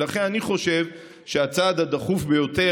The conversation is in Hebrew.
ולכן אני חושב שהצעד הדחוף ביותר,